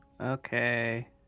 Okay